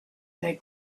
that